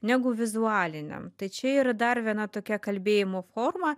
negu vizualinį tai čia yra dar viena tokia kalbėjimo forma